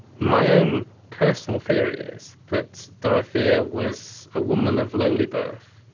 my own personal theory is that dorothea was a woman of lowly birth,